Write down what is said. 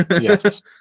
Yes